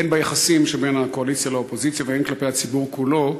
הן ביחסים שבין הקואליציה לאופוזיציה והן כלפי הציבור כולו,